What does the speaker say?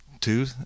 two